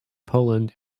poland